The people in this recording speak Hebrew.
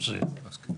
טברסקי)